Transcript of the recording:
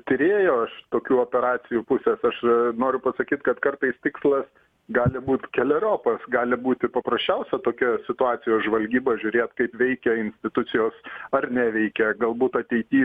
tyrėjo iš tokių operacijų pusės aš e noriu pasakyt kad kartais tikslas gali būt keleriopas gali būti paprasčiausia tokia situacija žvalgyba žiūrėt kaip veikia institucijos ar neveikia galbūt ateity